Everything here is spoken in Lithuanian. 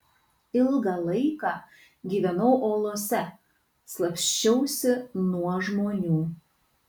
ilgą laiką gyvenau olose slapsčiausi nuo žmonių